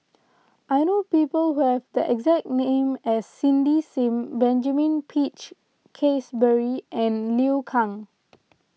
I know people who have the exact name as Cindy Sim Benjamin Peach Keasberry and Liu Kang